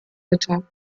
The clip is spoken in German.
bitte